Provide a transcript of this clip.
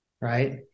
right